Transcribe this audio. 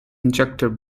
injector